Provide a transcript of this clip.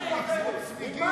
את לא יכולה להפריע באמצע.